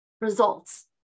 results